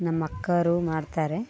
ನಮ್ಮ ಅಕ್ಕೋರು ಮಾಡ್ತಾರೆ